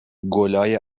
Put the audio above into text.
گـلای